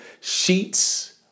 sheets